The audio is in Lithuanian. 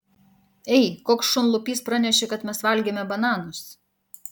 ei koks šunlupys pranešė kad mes valgėme bananus